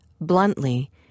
Bluntly